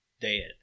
dead